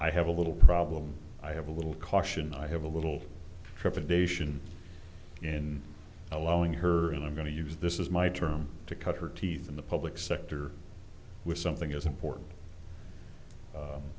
i have a little problem i have a little caution i have a little trepidation in allowing her and i'm going to use this is my term to cut her teeth in the public sector with something as important